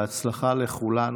בהצלחה לכולנו.